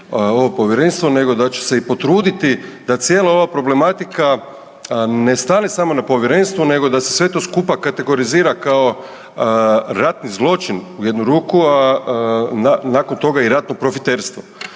ovo povjerenstvo, nego da će se i potruditi da cijela ova problematika ne stane samo na povjerenstvu nego da se sve to skupa kategorizira kao ratni zločin u jednu ruku, a nakon toga i ratno profiterstvo.